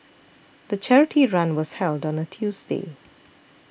the charity run was held on Tuesday